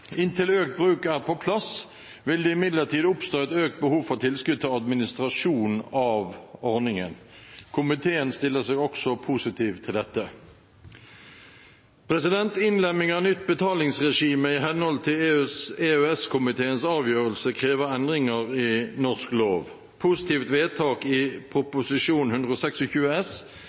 Inntil økt bruk er på plass vil det imidlertid oppstå et økt behov for tilskudd til administrasjon av ordningen. Komiteen stiller seg også positiv til dette. Innlemming av nytt betalingsregime i henhold til EØS-komiteens avgjørelse krever endringer i norsk lov. Positivt vedtak i forbindelse med Prop. 126 S